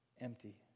Empty